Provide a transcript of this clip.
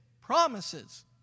promises